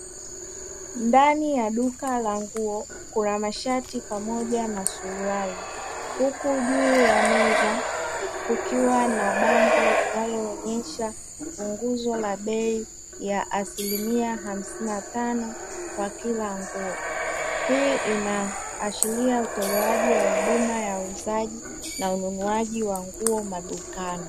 Ndani ya duka la nguo kuna mashati pamoja na suruali, huku juu ya meza kukiwa na bango linaloonyesha punguzo la bei ya asilimia hamsini na tano kwa kila nguo;,hii inaashiria utolewaji wa huduma ya uuzaji na ununuaji wa nguo madukani.